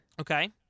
Okay